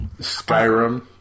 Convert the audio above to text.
Skyrim